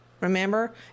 Remember